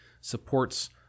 supports